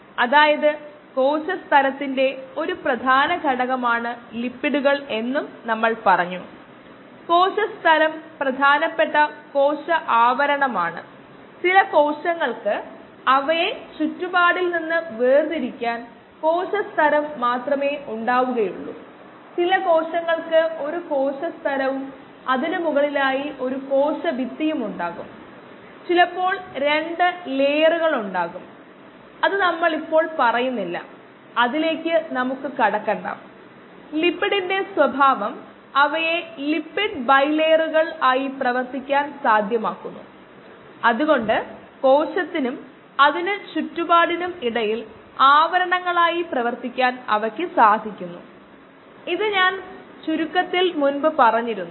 അതിനുമുമ്പ് പ്രഭാഷണത്തിൽ തന്നെ നമ്മൾ മൂന്ന് തരത്തിലുള്ള inhibitions competitive inhibition non competitive inhibition uncompetitive inhibition എന്നിവ പരിശോധിച്ചിരുന്നു